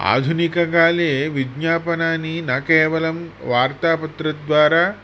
आधुनिककाले विज्ञापनानि न केवलं वार्तापत्रद्वारा